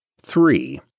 Three